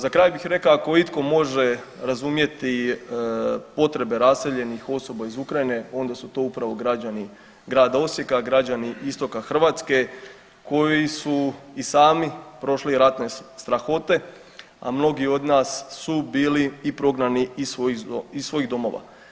Za kraj bih rekao ako itko može razumjeti potrebe raseljenih osoba iz Ukrajine onda su to upravo građani grada Osijeka, građani istoka Hrvatske koji su i sami prošli ratne strahote, a mnogi od nas su bili i prognani iz svojih domova.